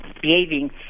behaving